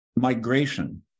migration